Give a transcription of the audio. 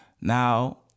Now